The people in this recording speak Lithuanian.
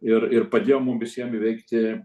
ir ir padėjo mum visiem įveikti